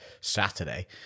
saturday